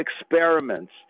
experiments